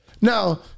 Now